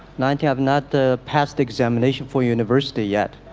ninety have not the past examination for university yet,